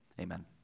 amen